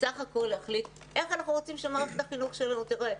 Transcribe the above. בסך הכול להחליט איך אנחנו רוצים שמערכת החינוך שלנו תיראה,